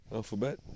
Alphabet